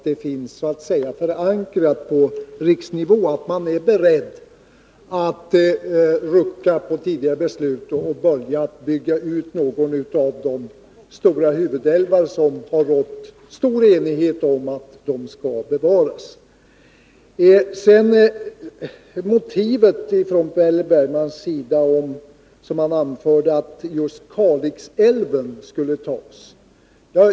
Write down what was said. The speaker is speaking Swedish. Det är uppenbarligen förankrat på riksnivå att man är beredd att rucka på tidigare beslut och börja bygga ut någon av de stora huvudälvar som det har rått stor enighet om att vi skall bevara. Per Bergman anförde ett motiv för att man skall ta just Kalixälven.